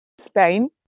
Spain